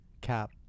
cap